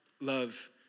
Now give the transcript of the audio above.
love